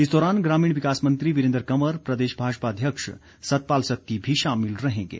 इस दौरान ग्रामीण विकास मंत्री वीरेन्द्र कंवर प्रदेश भाजपा अध्यक्ष सतपाल सत्ती भी शामिल रहेंगे